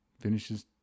finishes